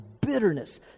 bitterness